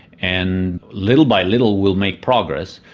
and little by little, we'll make progress.